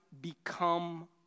become